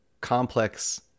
complex